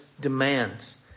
demands